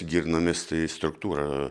girnomis tai struktūrą